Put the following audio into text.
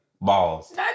balls